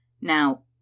now